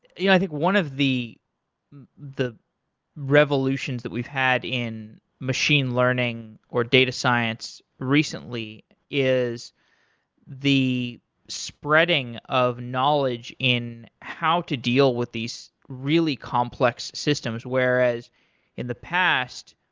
yeah i think one of the the revolutions that we've had in machine learning or data science recently is the spreading of knowledge in how to deal with these really complex systems. whereas in the past,